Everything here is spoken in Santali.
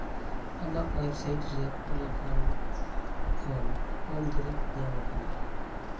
ᱟᱢᱟᱜ ᱳᱭᱮᱵ ᱥᱟᱭᱤᱴ ᱨᱮ ᱚᱞ ᱟᱠᱟᱱ ᱠᱷᱚᱱ ᱠᱚᱢ ᱫᱩᱨᱤᱵ ᱧᱟᱢ ᱟᱠᱟᱱᱟ